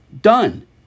done